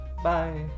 Bye